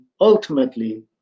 ultimately